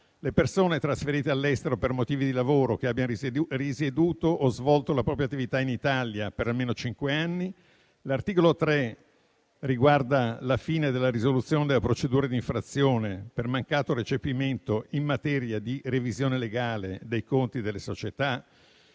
le persone trasferite all'estero per motivi di lavoro che abbiano risieduto o svolto la propria attività in Italia per almeno cinque anni. L'articolo 3 riguarda la fine della risoluzione della procedura di infrazione per mancato recepimento in materia di revisione legale dei conti delle società.